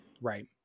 Right